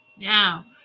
Now